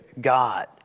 God